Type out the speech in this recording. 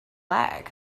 lag